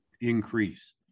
increase